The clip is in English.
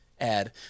Ad